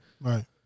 Right